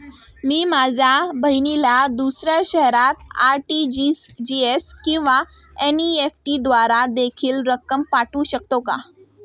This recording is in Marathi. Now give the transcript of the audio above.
मी माझ्या बहिणीला दुसऱ्या शहरात आर.टी.जी.एस किंवा एन.इ.एफ.टी द्वारे देखील रक्कम पाठवू शकतो का?